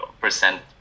percent